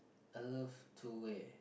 a love two way